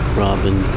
robin